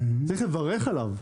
צריך לברך עליו,